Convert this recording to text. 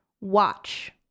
watch